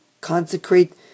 consecrate